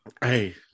Hey